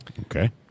Okay